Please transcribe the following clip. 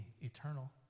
eternal